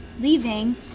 leaving